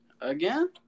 Again